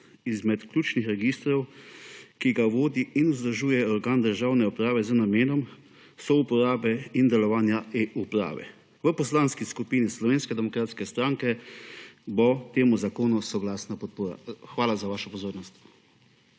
eden ključnih registrov, ki ga vodi in vzdržuje organ državne uprave z namenom souporabe in delovanja e-uprave. Poslanska skupina Slovenske demokratske stranke bo temu zakonu podala soglasno podporo. Hvala za vašo pozornost.